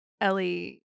Ellie